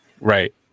Right